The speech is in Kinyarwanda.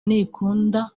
ntikunda